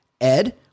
ed